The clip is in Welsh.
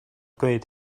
gwneud